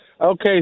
Okay